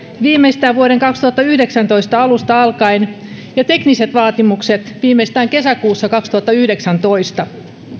viimeistään vuoden kaksituhattayhdeksäntoista alusta alkaen ja tekniset vaatimukset viimeistään kesäkuussa kaksituhattayhdeksäntoista